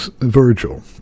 Virgil